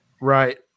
Right